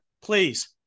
please